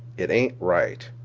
it ain't right.